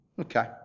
Okay